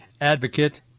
advocate